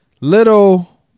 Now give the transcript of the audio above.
Little